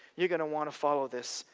you're going to want to follow this.